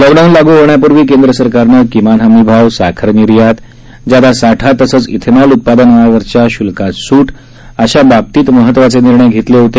lockdown लागू होण्यापूर्वी केंद्र सरकारने किमान हमी भाव साखर निर्यात जादा साठा तसंच एथेनॉल उत्पादनावरच्या शुल्कात सूट अशा बाबतीत महत्त्वाचे निर्णय घेतले होते